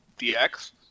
DX